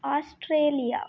Australia